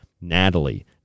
Natalie